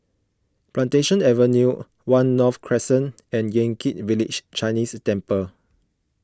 Plantation Avenue one North Crescent and Yan Kit Village Chinese Temple